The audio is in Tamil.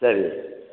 சரி